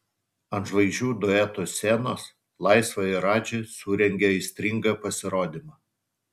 ant žvaigždžių duetų scenos laisva ir radži surengė aistringą pasirodymą